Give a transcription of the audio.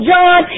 John